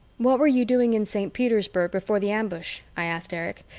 what were you doing in saint petersburg before the ambush? i asked erich.